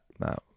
No